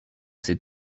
ses